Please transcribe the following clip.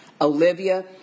Olivia